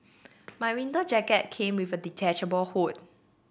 my winter jacket came with a detachable hood